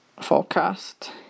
forecast